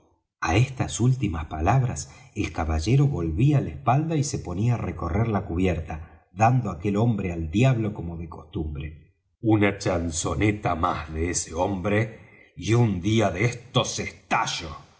á estas últimas palabras el caballero volvía la espalda y se ponía á recorrer la cubierta dando aquel hombre al diablo como de costumbre una chanzoneta más de ese hombre y un día de estos estallo